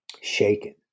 shaken